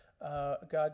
God